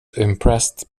impressed